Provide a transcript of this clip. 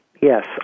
yes